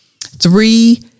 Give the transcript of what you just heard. Three